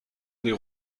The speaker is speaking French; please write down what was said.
des